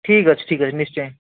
ଠିକ୍ ଅଛି ଠିକ୍ ଅଛି ନିଶ୍ଚୟ